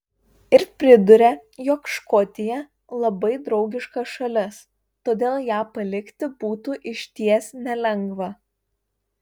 ir priduria jog škotija labai draugiška šalis todėl ją palikti būtų išties nelengva